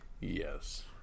Yes